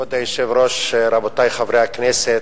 כבוד היושב-ראש, רבותי חברי הכנסת,